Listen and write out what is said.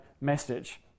message